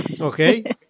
Okay